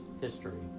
history